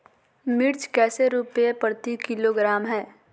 मिर्च कैसे रुपए प्रति किलोग्राम है?